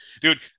dude